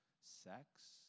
sex